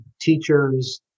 teachers